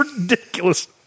ridiculous